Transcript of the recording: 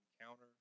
encounter